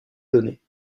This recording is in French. donner